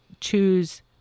choose